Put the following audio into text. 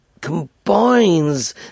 combines